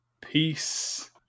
Peace